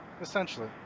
essentially